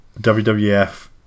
WWF